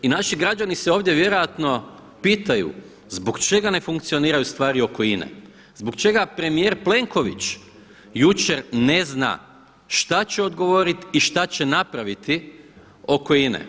I naši građani se ovdje vjerojatno pitaju zbog čega ne funkcioniraju stvari oko INA-e, zbog čega premijer Plenković jučer ne zna šta će odgovorit i šta će napraviti oko INA-e?